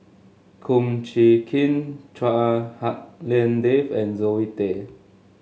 Kum Chee Kin Chua Hak Lien Dave and Zoe Tay